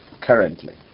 currently